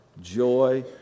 joy